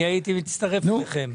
אני הייתי מצטרף אליכם.